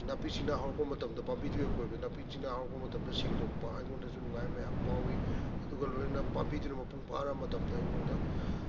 ꯅꯥꯄꯤ ꯁꯤꯡꯅꯥ ꯍꯧꯔꯛꯄ ꯃꯇꯝꯗ ꯄꯥꯝꯕꯤꯗꯨꯒꯤ ꯑꯀꯣꯏꯕꯗ ꯅꯥꯄꯤ ꯁꯤꯡꯅꯥ ꯍꯧꯔꯛꯄ ꯃꯇꯝꯗ ꯁꯦꯡꯗꯣꯛꯄ ꯑꯩꯉꯣꯟꯗꯁꯨ ꯅꯨꯡꯉꯥꯏꯕ ꯃꯌꯥꯝ ꯑꯃ ꯐꯥꯎꯏ ꯑꯗꯨꯒ ꯂꯣꯏꯅꯅ ꯄꯥꯝꯕꯤꯗꯨꯅ ꯃꯄꯨꯡ ꯐꯥꯔ ꯃꯇꯝꯗ ꯑꯩꯉꯣꯟꯗ